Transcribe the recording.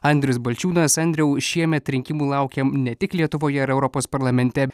andrius balčiūnas andriau šiemet rinkimų laukiam ne tik lietuvoje ir europos parlamente